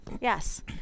Yes